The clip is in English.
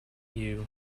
you